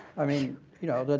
i mean, you know, but